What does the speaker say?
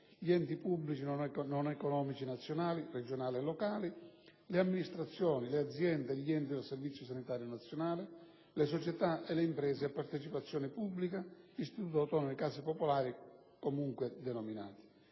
gli enti pubblici non economici nazionali, regionali e locali; le amministrazioni, le aziende e gli enti del Servizio sanitario nazionale; le società e le imprese a partecipazione pubblica; gli Istituti autonomi case popolari comunque denominati;